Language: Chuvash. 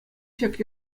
ҫак